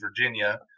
Virginia